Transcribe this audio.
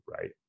right